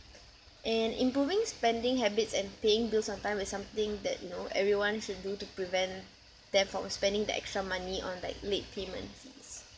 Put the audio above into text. and improving spending habits and paying bills on time is something that you know everyone should do to prevent them from spending the extra money on like late payments